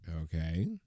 Okay